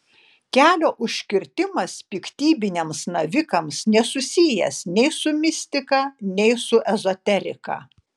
kelio užkirtimas piktybiniams navikams nesusijęs nei su mistika nei su ezoterika